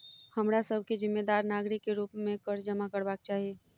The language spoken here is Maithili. हमरा सभ के जिम्मेदार नागरिक के रूप में कर जमा करबाक चाही